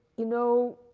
you know,